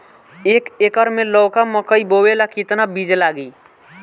एक एकर मे लौका मकई बोवे ला कितना बिज लागी?